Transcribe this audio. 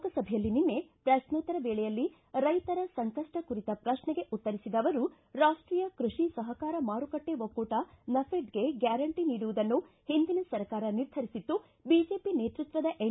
ಲೋಕಸಭೆಯಲ್ಲಿ ನಿನ್ನೆ ಪ್ರಶ್ನೋತ್ತರ ವೇಳೆಯಲ್ಲಿ ರೈತರ ಸಂಕಷ್ಟ ಕುರಿತ ಪ್ರಶ್ನೆಗೆ ಉತ್ತರಿಸಿದ ಅವರು ರಾಷ್ಷೀಯ ಕೃಷಿ ಸಹಕಾರ ಮಾರುಕಟ್ಟೆ ಒಕ್ಕೂಟ ನಫೆಡ್ಗೆ ಗ್ನಾರಂಟಿ ನೀಡುವುದನ್ನು ಹಿಂದಿನ ಸರ್ಕಾರ ನಿರ್ಧರಿಸಿತ್ತು ಬಿಜೆಪಿ ನೇತೃತ್ವದ ಎನ್